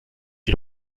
die